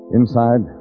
Inside